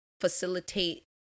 facilitate